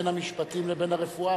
בין המשפטים לבין הרפואה,